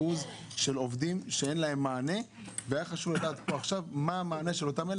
של עובדים שאין להם מענה והיה חשוב לדעת פה עכשיו מה המענה לאלה.